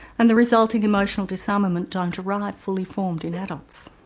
and the resulting emotional disarmament don't arrive fully-formed in adults.